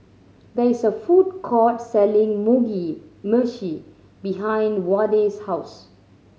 there is a food court selling Mugi Meshi behind Wade's house